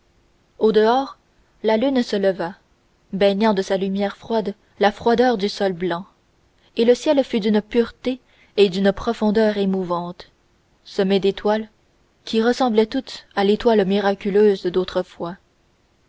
au dehors la lune se leva baignant de sa lumière froide la froideur du sol blanc et le ciel fut d'une pureté et d'une profondeur émouvantes semé d'étoiles qui ressemblaient toutes l'étoile miraculeuse d'autrefois